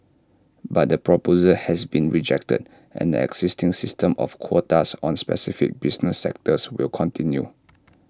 but the proposal has been rejected and the existing system of quotas on specific business sectors will continue